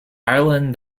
ireland